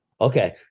Okay